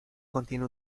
contiene